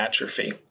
atrophy